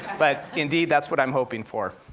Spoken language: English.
but indeed, that's what i'm hoping for,